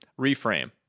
Reframe